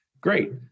Great